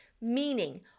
Meaning